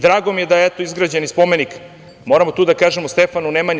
Drago mi je da je, eto, izgrađen i spomenik, moramo to da kažemo, Stefanu Nemanji.